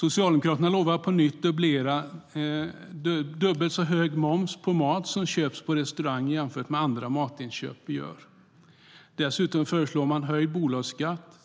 Socialdemokraterna lovar på nytt dubbel så hög moms på mat som köps på restaurang jämfört med andra matinköp vi gör. Dessutom föreslår man höjd bolagsskatt,